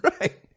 Right